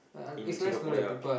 in Singapore yeah